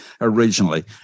originally